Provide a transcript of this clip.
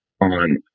on